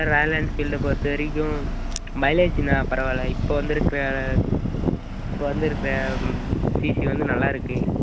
sir royal என்ஃபீல்டை பொறுத்த வரைக்கும் மைலேஜ்ன்னா பரவாயில்லை இப்போ வந்துருக்கிற இப்போ வந்துருக்கிற சிசி வந்து நல்லாயிருக்கு